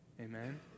Amen